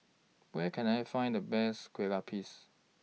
Where Can I Find The Best Kueh Lupis